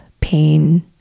pain